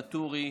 ואטורי,